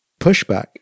pushback